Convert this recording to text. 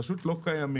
פשוט לא קיימים.